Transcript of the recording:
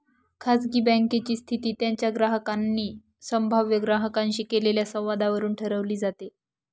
खाजगी बँकेची स्थिती त्यांच्या ग्राहकांनी संभाव्य ग्राहकांशी केलेल्या संवादावरून ठरवली जाते